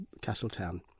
Castletown